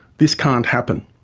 this can't happen,